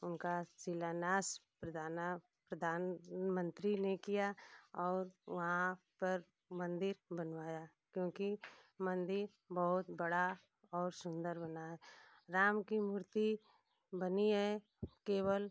उनका शिलान्यास प्रधाना प्रधान मंत्री ने किया और वहाँ पर मंदिर बनवाया क्योंकि मंदिर बहुत बड़ा और सुंदर बना है राम की मूर्ति बनी है केवल